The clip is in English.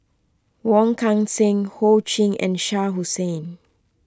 Wong Kan Seng Ho Ching and Shah Hussain